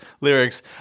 lyrics